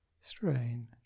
strain